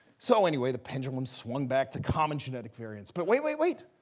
so anyway, the pendulum swung back to common genetic variants. but wait, wait, wait,